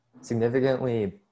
significantly